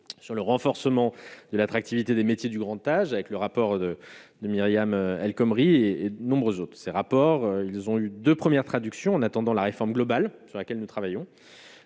sur le renforcement de l'attractivité des métiers du grand âge avec le rapport de de Myriam El Khomri et de nombreuses autres ces rapports, ils ont eu 2 premières traductions en attendant la réforme globale sur laquelle nous travaillons